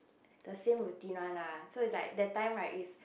the same routine one lah so is like that time right is